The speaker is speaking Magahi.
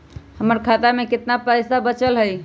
हमर खाता में केतना पैसा बचल हई?